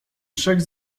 trzech